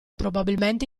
probabilmente